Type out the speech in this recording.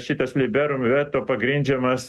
šitas liberum veto pagrindžiamas